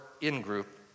in-group